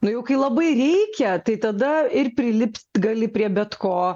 nu jau kai labai reikia tai tada ir prilipt gali prie bet ko